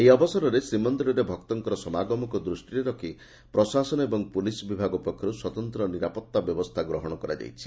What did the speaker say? ଏହି ଅବସରରେ ଶ୍ରୀମନ୍ଦିରରେ ଭକ୍ତଙ୍ଙ ସମାଗମକୁ ଦୃଷିରେ ରଖି ପ୍ରଶାସନ ଏବଂ ପୁଲିସ୍ ବିଭାଗ ପକ୍ଷରୁ ସ୍ୱତନ୍ତ ନିରାପତ୍ତା ବ୍ୟବସ୍ତା ଗ୍ରହଣ କରାଯାଇଛି